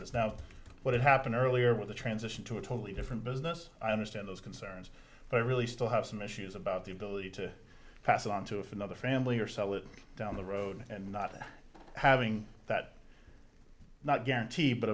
es now but it happened earlier with the transition to a totally different business i understand those concerns but i really still have some issues about the ability to pass on to if another family or sell it down the road and not having that not guarantee but